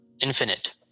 infinite